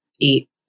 eat